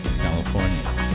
California